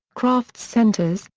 crafts centers,